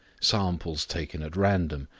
samples taken at random,